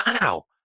Wow